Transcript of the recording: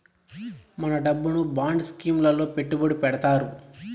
మన డబ్బును bond scheme లలో పెట్టుబడి పెడతారు